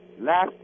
Last